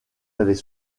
avez